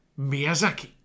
Miyazaki